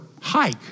hike